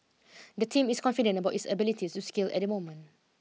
the team is confident about its ability to scale at the moment